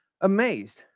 amazed